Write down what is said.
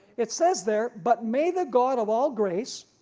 it says there. but may the god of all grace,